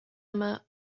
yma